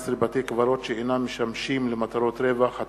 18) (בתי-קברות שאינם משמשים למטרות רווח),